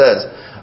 says